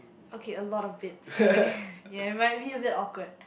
okay a lot of bits okay ya it might be a bit awkward